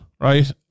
Right